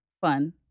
Fun